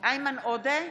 איימן עודה,